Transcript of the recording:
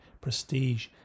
prestige